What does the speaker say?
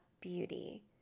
Beauty